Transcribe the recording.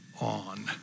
on